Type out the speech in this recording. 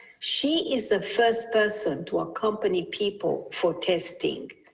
she is the first person to accompany people for testing.